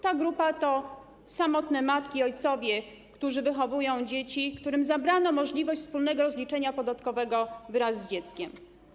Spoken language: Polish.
Ta grupa to samotne matki i ojcowie, którzy wychowują dzieci, którym zabrano możliwość wspólnego rozliczenia podatkowego wraz z dzieckiem.